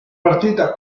partita